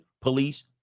police